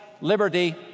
liberty